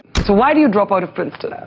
so why did you drop out of princeton?